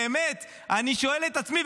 באמת אני שואל את עצמי,